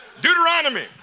Deuteronomy